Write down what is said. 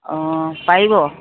অঁ পাৰিব